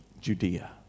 Judea